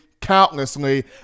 countlessly